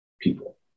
people